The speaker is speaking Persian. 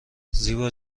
زیبا